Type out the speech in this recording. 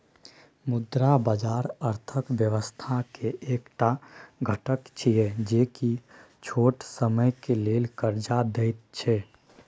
मुद्रा बाजार अर्थक व्यवस्था के एक टा घटक छिये जे की छोट समय के लेल कर्जा देत छै